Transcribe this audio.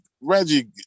reggie